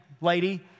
lady